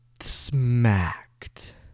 smacked